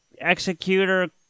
executor